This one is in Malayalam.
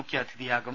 മുഖ്യാതിഥിയാകും